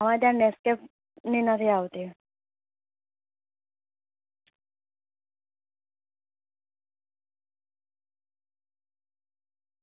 હા ત્યાં નેસકૅફેની નથી આવતી